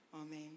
Amen